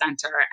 center